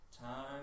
Time